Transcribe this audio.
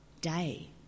day